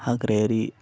हाग्रायारि